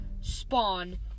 spawn